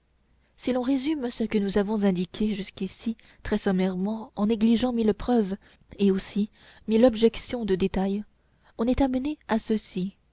si l'on résume ce que nous avons indiqué jusqu'ici très sommairement en négligeant mille preuves et aussi mille objections de détail on est amené à ceci